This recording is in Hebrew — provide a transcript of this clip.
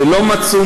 ולא מצאו,